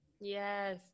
Yes